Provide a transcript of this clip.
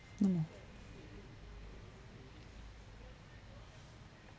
mm